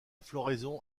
floraison